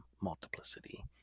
multiplicity